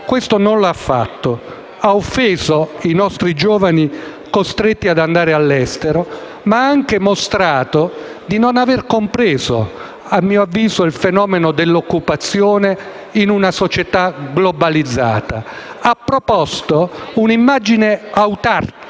questo non l'ha fatto. Lei ha offeso i nostri giovani costretti ad andare all'estero, ma ha anche mostrato di non aver compreso, a mio avviso, il fenomeno dell'occupazione in una società globalizzata. Lei ha proposto un'immagine autarchica